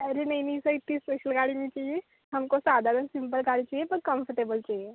अरे नहीं नहीं सर इतनी इस्पेशल गाड़ी नहीं चाहिए हमको साधारण सिम्पल गाड़ी चाहिए पर कंफ़र्टेबल चाहिए